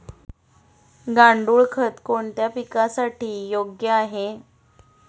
गांडूळ खत कोणत्या पिकासाठी योग्य आहे?